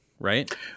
Right